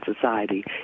society